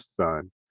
son